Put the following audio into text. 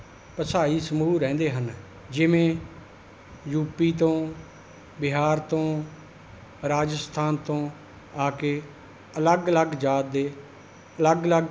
ਭਾਸ਼ਾਈ ਸਮੂਹ ਰਹਿੰਦੇ ਹਨ ਜਿਵੇਂ ਯੂ ਪੀ ਤੋਂ ਬਿਹਾਰ ਤੋਂ ਰਾਜਸਥਾਨ ਤੋਂ ਆ ਕੇ ਅਲੱਗ ਅਲੱਗ ਜਾਤ ਦੇ ਅਲੱਗ ਅਲੱਗ